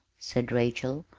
said rachel,